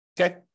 Okay